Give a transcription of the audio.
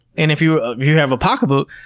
and if you ah you have a pocketbook,